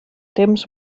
temps